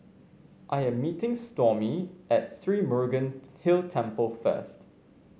I'm meeting Stormy at Sri Murugan Hill Temple first